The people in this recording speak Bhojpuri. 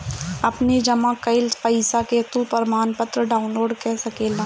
अपनी जमा कईल पईसा के तू प्रमाणपत्र डाउनलोड कअ सकेला